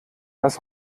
das